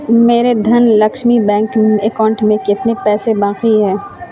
میرے Dhan Lakshmi banking account میں کتنے پیسے باقی ہیں